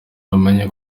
bamenye